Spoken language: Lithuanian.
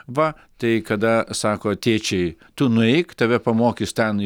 va tai kada sako tėčiai tu nueik tave pamokys ten į